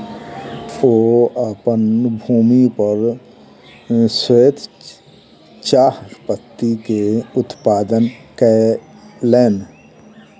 ओ अपन भूमि पर श्वेत चाह पत्ती के उत्पादन कयलैन